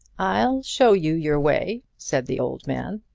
i'll show you your way, said the old man.